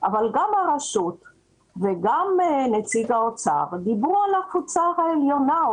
אבל גם הרשות וגם נציג האוצר דיברו על הקבוצה העליונה,